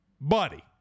Buddy